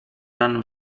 ranem